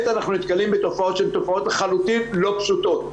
אנחנו נתקלים בתופעות שהן תופעות לחלוטין לא פשוטות.